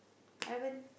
haven't